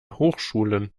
hochschulen